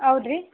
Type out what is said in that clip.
ಹೌದ್ರಿ